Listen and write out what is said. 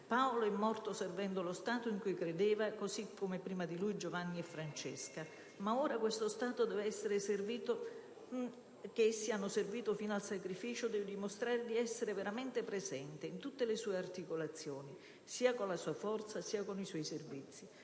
Paolo è morto servendo lo Stato in cui credeva, così come prima di lui Giovanni e Francesca. Ma ora questo Stato, che essi hanno servito fino al sacrificio, deve dimostrare di essere veramente presente in tutte le sue articolazioni, sia con la sua forza che con i suoi servizi.